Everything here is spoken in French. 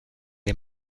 est